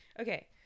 okay